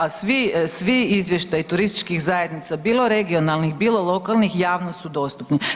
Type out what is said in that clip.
A svi izvještaji turističkih zajednica bilo regionalnih, bilo lokalnih javno su dostupni.